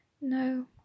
No